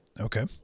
Okay